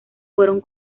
fueron